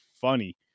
funny